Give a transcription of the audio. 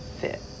fit